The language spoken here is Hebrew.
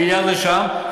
מיליארד לשם,